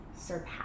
surpass